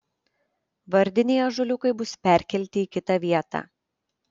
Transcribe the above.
vardiniai ąžuoliukai bus perkelti į kitą vietą